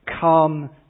come